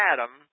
Adam